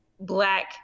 black